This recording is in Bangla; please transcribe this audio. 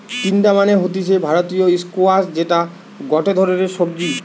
তিনডা মানে হতিছে ভারতীয় স্কোয়াশ যেটা গটে ধরণের সবজি